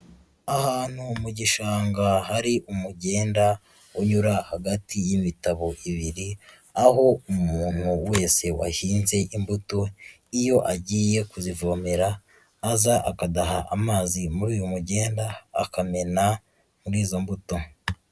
Ahantu mu gishanga hari umugenda unyura hagati y'imitabo ibiri, aho umuntu wese wahinze imbuto, iyo agiye kuzivomera, aza akaduha amazi muri uyu mugenda, akamena muri izo mbuto.